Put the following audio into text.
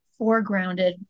foregrounded